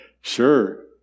Sure